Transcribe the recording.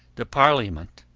the parliament.